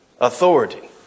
Authority